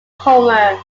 homer